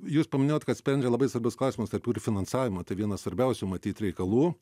jūs paminėjot kad sprendžia labai svarbius klausimus tarp jų ir finansavimo tai vienas svarbiausių matyt reikalų